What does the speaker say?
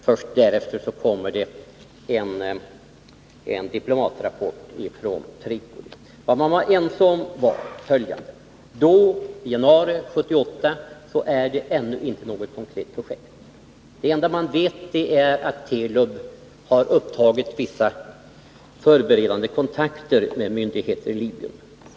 Först därefter kommer en diplomatrapport från Tripoli. I januari är detta ännu inte något konkret projekt — detta är man ense om. Det enda man vet är att Telub tagit vissa förberedande kontakter med myndigheter i Libyen.